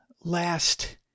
last